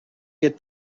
get